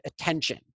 attention